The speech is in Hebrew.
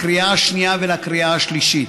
לקריאה השנייה ולקריאה השלישית.